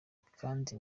kandi